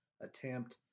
attempt